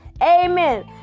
amen